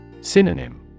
Synonym